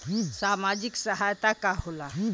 सामाजिक सहायता का होला?